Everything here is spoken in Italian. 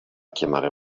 chiamare